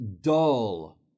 dull